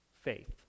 faith